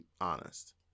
honest